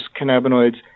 cannabinoids